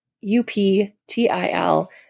U-P-T-I-L